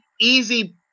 easy